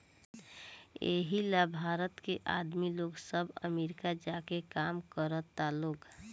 एही ला भारत के आदमी लोग सब अमरीका जा के काम करता लोग